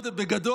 בגדול,